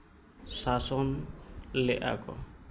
ᱥᱟᱥᱚᱱ ᱞᱮᱫᱼᱟ ᱠᱚ